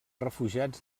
refugiats